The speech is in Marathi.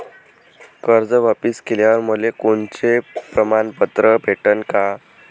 कर्ज वापिस केल्यावर मले कोनचे प्रमाणपत्र भेटन का?